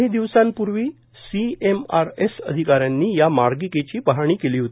काही दिवसांपूर्वी सीएमआरएस अधिकाऱ्यांनी या मार्गिकेची पाहणी केली होती